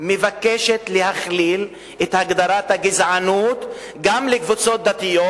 מבקשת להכליל בהגדרת הגזענות גם קבוצות דתיות,